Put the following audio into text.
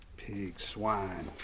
pig swine.